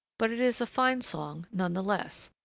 but it is a fine song none the less,